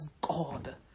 God